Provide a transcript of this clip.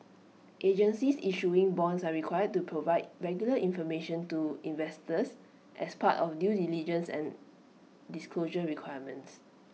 agencies issuing bonds are required to provide regular information to investors as part of due diligence and disclosure requirements